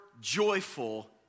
joyful